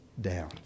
down